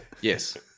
Yes